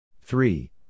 three